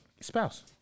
spouse